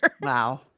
wow